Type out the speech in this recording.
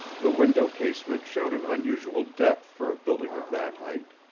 the window-casement showed an unusual depth for a building of that height.